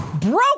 broke